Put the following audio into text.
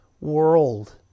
world